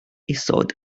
isod